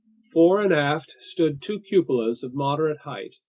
fore and aft stood two cupolas of moderate height,